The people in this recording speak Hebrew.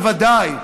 בוודאי,